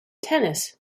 tennis